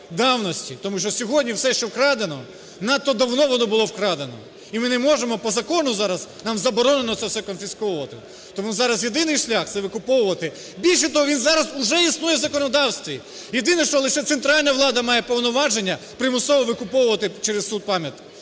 тому що сьогодні все, що вкрадено, надто давно воно було вкрадено. І ми не можемо, по закону зараз нам заборонено це все конфісковувати тому зараз єдиний шлях – це викуповувати. Більше того, він зараз уже існує в законодавстві. Єдине, що лише центральна влада має повноваження примусово викуповувати через суд пам'ятки.